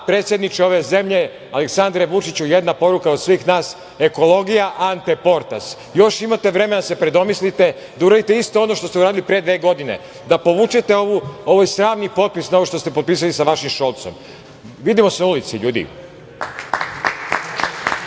predsedniče ove zemlje Aleksandre Vučiću jedna poruka od svih nas – ekologija ante portas. Još imate vremena da se predomislite, da uradite isto ono što ste uradili pre dve godine – da povučete ovaj sramni potpis na ovo što ste potpisali sa vašim Šolcom. Vidimo se na ulici, ljudi.